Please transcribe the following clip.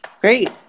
Great